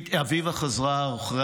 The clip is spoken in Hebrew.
אביבה חזרה אחרי